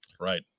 right